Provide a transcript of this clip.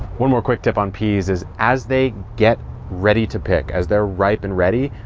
one more quick tip on peas is as they get ready to pick, as they're ripe and ready,